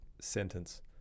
sentence